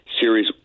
series